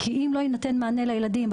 כי אם לא יינתן לילדים מענה,